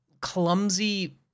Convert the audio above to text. clumsy